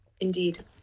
Indeed